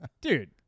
Dude